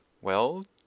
Well